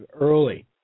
early